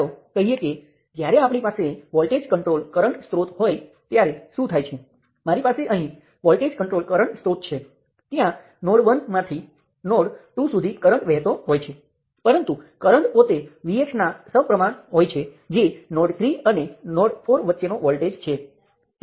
ચાલો કહીએ કે આ એક દેશ છે અને તમે વિચારો કે તે ત્રણ અલગ અલગ રાજ્યો ધરાવે છે અને કોઈપણ શાખા આમાંથી બે પ્રદેશો અથવા આમાંથી બે રાજ્યો માટે સામાન્ય હશે